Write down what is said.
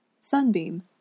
Sunbeam